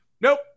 Nope